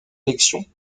élections